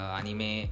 anime